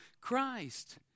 christ